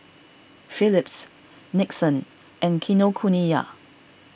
Phillips Nixon and Kinokuniya